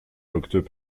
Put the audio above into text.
loqueteux